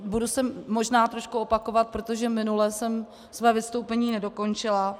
Budu se možná trošku opakovat, protože minule jsem své vystoupení nedokončila.